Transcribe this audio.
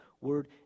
word